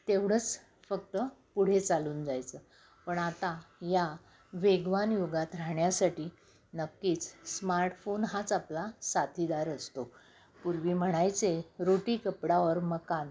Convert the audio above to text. तेवढंच फक्त पुढे चालून जायचं पण आता या वेगवान युगात राहण्यासाठी नक्कीच स्मार्टफोन हाच आपला साथीदार असतो पूर्वी म्हणायचे रोटी कपडा मकान